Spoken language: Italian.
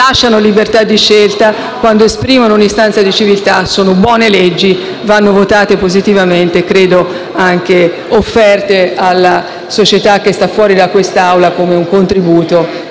lasciano libertà di scelta, quando esprimono un'istanza di civiltà sono buone leggi, devono essere votate positivamente e offerte alla società che è fuori da quest'Aula come un contributo